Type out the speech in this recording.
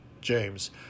James